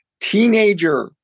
Teenager